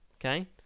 Okay